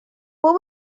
what